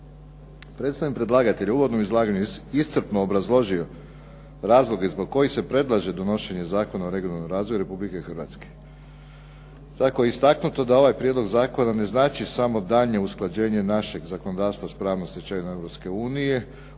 Predstavnik predlagatelja je u uvodnom izlaganju iscrpno obrazložio razloge zbog kojih se predlaže donošenje Zakona o regionalnom razvoju Republike Hrvatske. Tako je istaknuto da ovaj prijedlog zakona ne znači samo daljnje usklađenje našeg zakonodavstva s pravnom